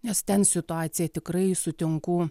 nes ten situacija tikrai sutinku